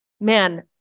man